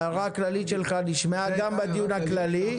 ההערה הכללית שלך נשמעה גם בדיון הכללי,